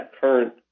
current